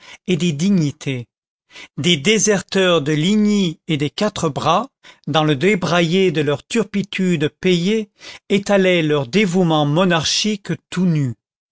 et des dignités des déserteurs de ligny et des quatre bras dans le débraillé de leur turpitude payée étalaient leur dévouement monarchique tout nu